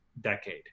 decade